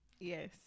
Yes